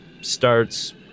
starts